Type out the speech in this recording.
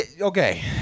Okay